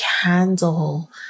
candle